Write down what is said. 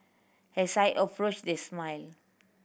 as I approached they smiled